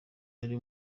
yari